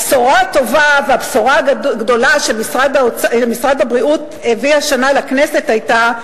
הבשורה הטובה והבשורה הגדולה שמשרד הבריאות הביא השנה לכנסת היתה,